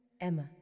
Emma